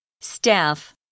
Staff